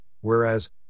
whereas